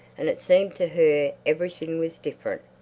and it seemed to her everything was different.